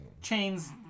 chains